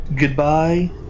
goodbye